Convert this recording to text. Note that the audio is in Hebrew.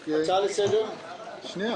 דבר שני,